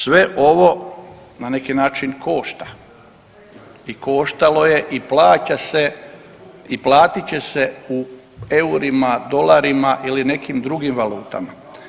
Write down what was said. Sve ovo na neki način košta i koštalo je i plaća se i platit će se u eurima, dolarima ili nekim drugim valutama.